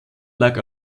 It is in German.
lag